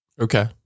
Okay